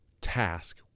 task